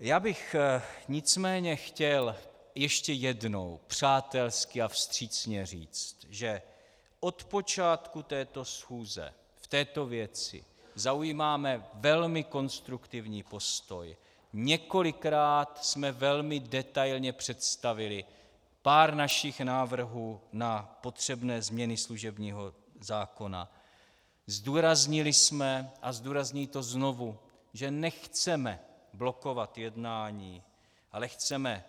Chtěl bych nicméně ještě jednou přátelsky a vstřícně říct, že od počátku této schůze v této věci zaujímáme velmi konstruktivní postoj, několikrát jsme velmi detailně představili pár našich návrhů na potřebné změny služebního zákona, zdůraznili jsme a zdůrazňuji to znovu, že nechceme blokovat jednání, ale chceme